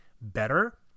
better